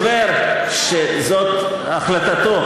כשיש דובר שזאת החלטתו,